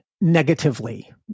negatively